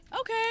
Okay